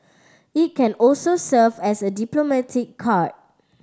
it can also serve as a diplomatic card